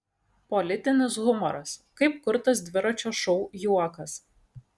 politinis humoras kaip kurtas dviračio šou juokas